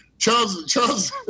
Charles